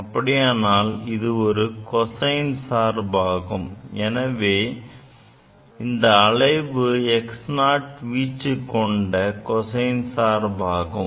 அப்படியானால் இது ஒரு cosine சார்பாகும் எனவே இந்த அலைவு x0 வீச்சு கொண்ட cosine சார்பாகும்